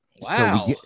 Wow